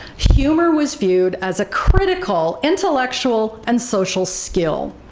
humor was viewed as a critical intellectual and social skill,